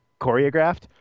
choreographed